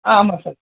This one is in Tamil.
ஆ ஆமாம் சார்